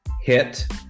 Hit